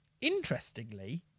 interestingly